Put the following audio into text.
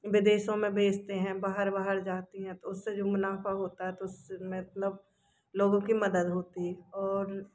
विदेशों में भेजते हैं बाहर बाहर जाती है उसे जो मुनाफा होता है तो उस मतलब लोगों की मदद होती है और